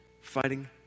Fighting